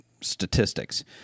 statistics